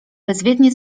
bezwiednie